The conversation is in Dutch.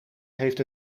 heeft